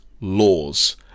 laws